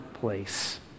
place